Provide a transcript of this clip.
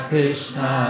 Krishna